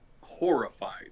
horrified